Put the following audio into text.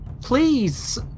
Please